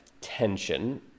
tension